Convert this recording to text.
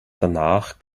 danach